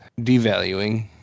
devaluing